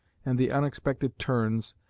and the unexpected turns,